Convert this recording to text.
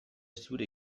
zure